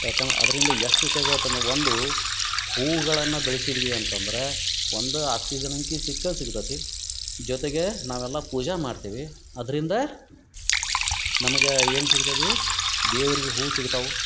ಯಾಕಂದ್ರ ಅದರಿಂದ ಎಷ್ಟು ಉಪ್ಯೋಗ ಐತಂದ್ರ ಒಂದು ಹೂವುಗಳನ್ನ ಬೆಳ್ಸಿದ್ವಿ ಅಂತಂದ್ರ ಒಂದು ಆಕ್ಸಿಜನ್ ಅಂಕಿ ಸಿಕ್ಕ ಸಿಗ್ತತಿ ಜೊತೆಗೆ ನಾವೆಲ್ಲ ಪೂಜಾ ಮಾಡ್ತಿವಿ ಅದರಿಂದ ನಮಗೆ ಏನು ಸಿಗ್ತತಿ ದೇವರಿಗೆ ಹೂ ಸಿಗ್ತಾವು